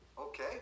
Okay